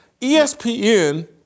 ESPN